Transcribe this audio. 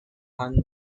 hunt